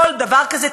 כל דבר כזה,